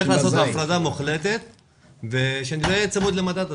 צריך לעשות הפרדה מוחלטת ושלא נהיה צמודים למדד הזה.